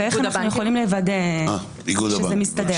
ואיך אנחנו יכולים לוודא שזה מסתדר?